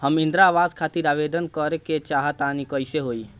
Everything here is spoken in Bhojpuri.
हम इंद्रा आवास खातिर आवेदन करे क चाहऽ तनि कइसे होई?